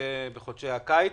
בחודשי קיץ.